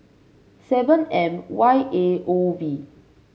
seven M Y A O V